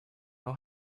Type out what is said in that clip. know